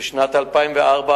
של חילול בתי-עלמין בניר-צבי,